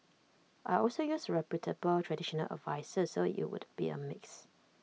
I'd also use A reputable traditional adviser so IT would be A mix